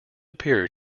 appear